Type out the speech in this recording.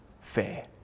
fair